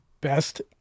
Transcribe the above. best